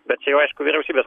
bet čia jau aišku vyriausybės